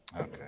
Okay